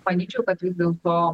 manyčiau kad dėl to